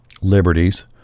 liberties